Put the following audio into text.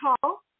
call